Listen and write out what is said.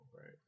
right